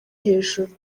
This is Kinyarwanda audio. hejuru